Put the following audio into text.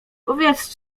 powiedz